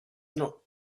not